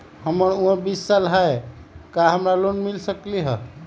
हमर उमर बीस साल हाय का हमरा लोन मिल सकली ह?